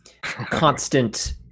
constant